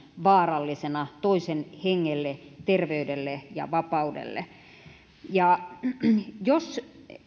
vaarallisena toisen hengelle terveydelle ja vapaudelle jos